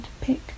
pick